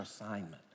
assignment